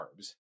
carbs